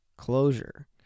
closure